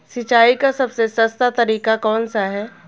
सिंचाई का सबसे सस्ता तरीका कौन सा है?